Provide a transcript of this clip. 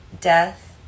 death